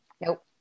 nope